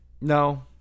no